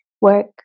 work